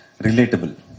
Relatable